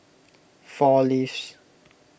four Leaves